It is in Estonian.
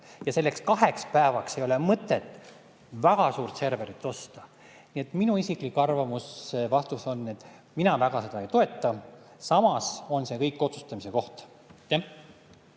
Aga selleks kaheks päevaks ei ole mõtet väga suurt serverit osta. Minu isiklik arvamus ja vastus on, et mina väga seda ei toeta. Samas on see kõik otsustamise koht.